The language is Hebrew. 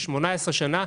ל-18 שנה,